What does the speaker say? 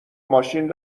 ماشین